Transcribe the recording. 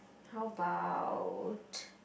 how about